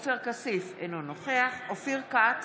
עופר כסיף, אינו נוכח אופיר כץ,